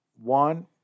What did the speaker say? One